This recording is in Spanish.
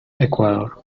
ecuador